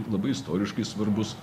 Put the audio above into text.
labai istoriškai svarbus